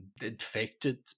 infected